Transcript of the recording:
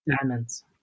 diamonds